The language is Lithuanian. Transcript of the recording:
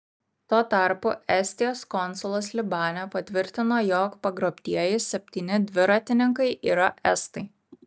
tuo tarpu estijos konsulas libane patvirtino jog pagrobtieji septyni dviratininkai yra estai